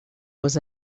was